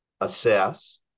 assess